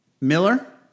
Miller